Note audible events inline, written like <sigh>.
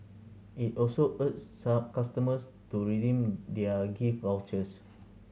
it also urged <unintelligible> customers to redeem their gift vouchers